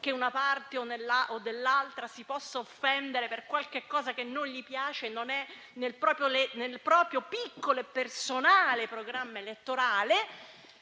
che una parte o l'altra si possa offendere per qualcosa che le piace o non è nel proprio piccolo e personale programma elettorale,